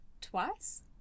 twice